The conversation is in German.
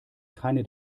keine